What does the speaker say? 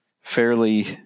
fairly